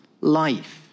life